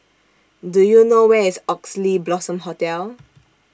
Do YOU know Where IS Oxley Blossom Hotel